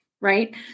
right